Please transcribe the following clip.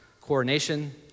coronation